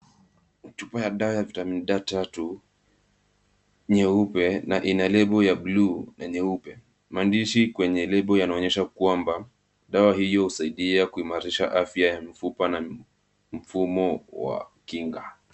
Chupa ya dawa ya vitamin D3, nyeupe na ina lebo ya bluu na nyeupe. Maandishi kwenye lebo yanaonyesha kwamba dawa hiyo husaidia kuimarisha afya ya mifupa na mfumo wa kinga.